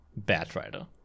Batrider